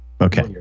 okay